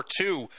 two